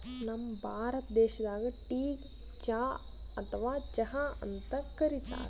ನಮ್ ಭಾರತ ದೇಶದಾಗ್ ಟೀಗ್ ಚಾ ಅಥವಾ ಚಹಾ ಅಂತ್ ಕರಿತಾರ್